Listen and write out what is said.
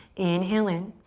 inhale in.